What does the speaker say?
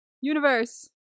Universe